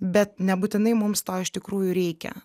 bet nebūtinai mums to iš tikrųjų reikia